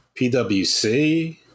pwc